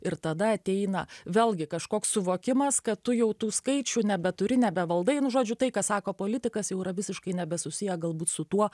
ir tada ateina vėlgi kažkoks suvokimas kad tu jau tų skaičių nebeturi nebevaldai nu žodžiu tai ką sako politikas jau yra visiškai nebesusiję galbūt su tuo